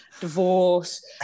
divorce